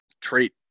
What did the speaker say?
trait